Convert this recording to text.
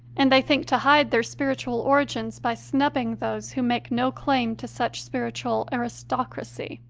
and they think to hide their spiritual origins by snubbing those who make no claim to such spiritual aristocracy.